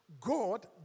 God